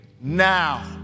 now